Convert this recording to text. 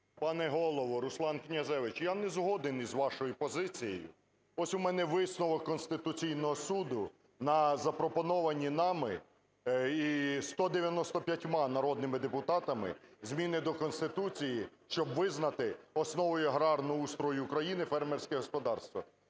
Пане голово, Руслан Князевич, я не згоден з вашою позицією. Ось у мене висновок Конституційного Суду на запропоновані нами і 195 народними депутатами зміни до Конституції, щоб визнати основою аграрного устрою України фермерські господарства.